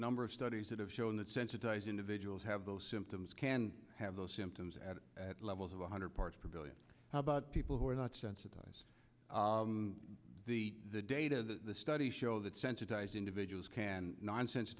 number of studies that have shown that sensitized individuals have those symptoms can have those symptoms at at levels of one hundred parts per billion how about people who are not sensitized the the data that the studies show that sensitized individuals can nonsense